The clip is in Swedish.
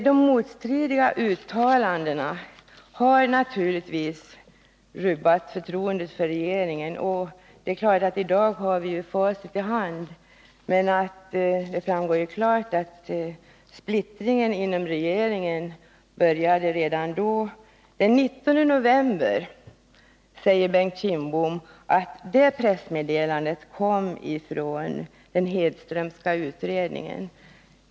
De motstridiga uttalandena har naturligtvis rubbat förtroendet för regeringen. I dag har vi facit i hand, men det framgår klart att splittringen inom regeringen började redan i höstas. Bengt Kindbom säger att pressmeddelandet den 19 november kom från den Hedströmska utredningen.